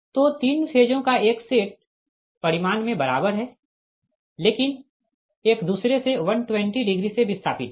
तो तीन फेजों का एक सेट परिमाण में बराबर है लेकिन एक दूसरे से 120 डिग्री से विस्थापित है